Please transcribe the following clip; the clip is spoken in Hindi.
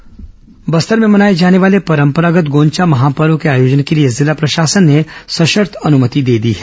गोंचा पर्व बस्तर में मनाए जाने वाले परंपरागत् गोंचा महापर्व के आयोजन के लिए जिला प्रशासन ने सशर्त अनुमति दे दी है